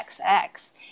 XX